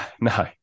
no